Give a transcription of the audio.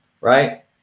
right